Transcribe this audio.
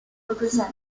represented